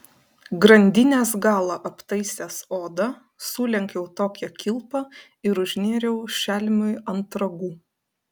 grandinės galą aptaisęs oda sulenkiau tokią kilpą ir užnėriau šelmiui ant ragų